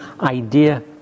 idea